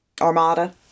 armada